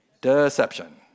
Deception